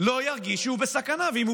לא ירגיש שהוא בסכנה, ואם הוא